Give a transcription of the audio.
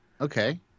Okay